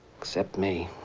except me.